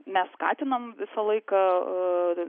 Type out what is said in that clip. mes skatiname visą laiką a